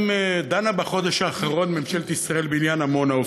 דנה בחודש האחרון ממשלת ישראל בעניין עמונה,